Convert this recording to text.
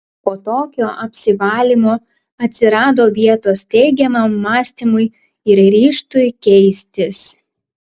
po tokio apsivalymo atsirado vietos teigiamam mąstymui ir ryžtui keistis